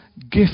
gift